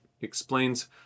explains